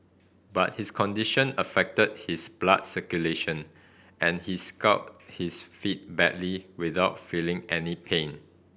but his condition affected his blood circulation and he scalded his feet badly without feeling any pain